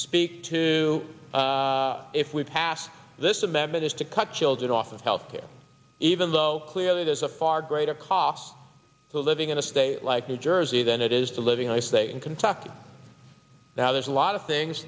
speak to if we pass this amendment is to cut children off of health care even though clearly there's a far greater cost to living in a state like new jersey than it is to living i say in kentucky now there's a lot of things